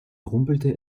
rumpelte